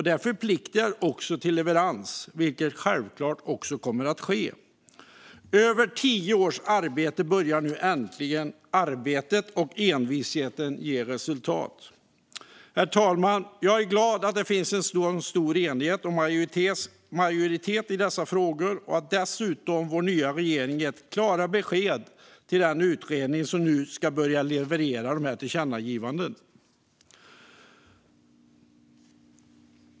Det förpliktar till leverans, vilket självklart också kommer att ske. Efter över tio års arbete börjar nu äntligen jobbet och envisheten att ge resultat. Herr talman! Jag är glad att det finns en så stor enighet och majoritet i dessa frågor och att vår nya regering dessutom har gett klara besked till den utredning som nu ska börja leverera efter tillkännagivandena.